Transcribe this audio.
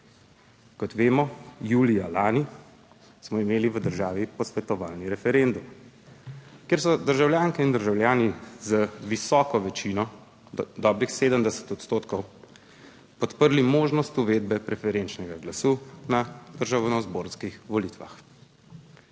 Kot vemo, julija lani smo imeli v državi posvetovalni referendum, kjer so državljanke in državljani z visoko večino dobrih 70 odstotkov podprli možnost uvedbe preferenčnega glasu na državnozborskih volitvah.